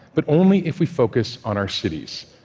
but only if we focus on our cities,